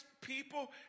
people